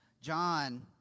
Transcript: John